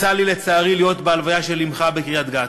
יצא לי, לצערי, להיות בהלוויה של אמך בקריית-גת.